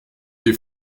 les